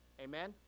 Amen